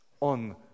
on